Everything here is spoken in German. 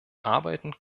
arbeiten